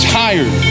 tired